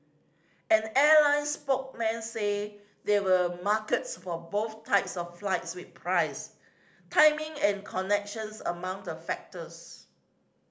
an airline said there were markets for both types of flights with price timing and connections among the factors